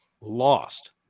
lost